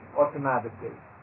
automatically